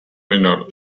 menor